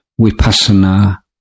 vipassana